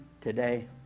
today